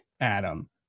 adam